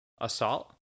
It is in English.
assault